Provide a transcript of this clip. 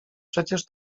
przecież